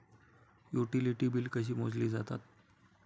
Utility बिले कशी मोजली जातात?